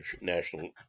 national